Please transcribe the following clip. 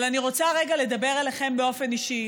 אבל אני רוצה רגע לדבר אליכם באופן אישי,